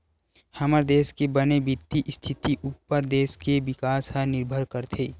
हमर देस के बने बित्तीय इस्थिति उप्पर देस के बिकास ह निरभर करथे